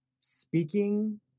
speaking